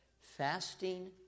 Fasting